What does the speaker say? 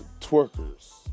twerkers